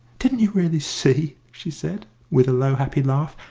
didn't you really see? she said, with a low, happy laugh.